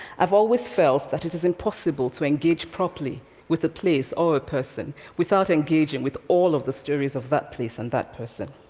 i've always felt that it is impossible to engage properly with a place or person without engaging with all of the stories of that place and that person.